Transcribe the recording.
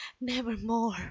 nevermore